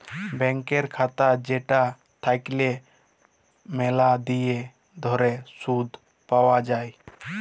ব্যাংকের খাতা যেটা থাকল্যে ম্যালা দিল ধরে শুধ পাওয়া যায়